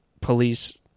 police